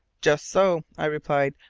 just so, i replied,